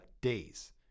days